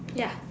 ya